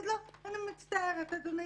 אני אגיד לו: אני מצטערת, אדוני.